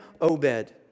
Obed